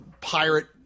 pirate